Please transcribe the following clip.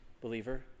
believer